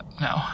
no